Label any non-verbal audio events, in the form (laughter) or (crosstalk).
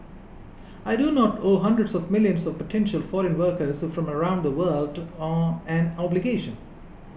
I do not owe hundreds of millions of potential foreign workers from around the world (hesitation) an obligation